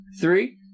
Three